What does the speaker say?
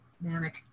manic